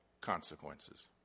consequences